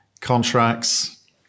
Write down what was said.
contracts